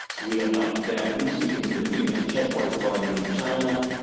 we don't know, there are things you can do, you can check what is going on in china,